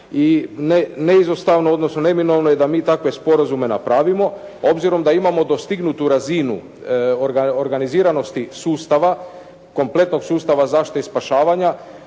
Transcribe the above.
i neizostavno, odnosno neminovno je da mi takve sporazume napravimo, obzirom da imamo dostignutu razinu organiziranosti sustava, kompletnog sustava zaštite i spašavanja,